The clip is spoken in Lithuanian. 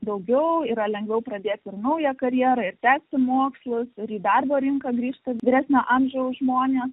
daugiau yra lengviau pradėti naują karjerą tęsti mokslus ir į darbo rinką grįžta vyresnio amžiaus žmonės